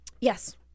yes